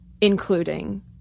including